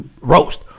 roast